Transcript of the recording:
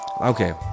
Okay